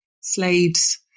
Slade's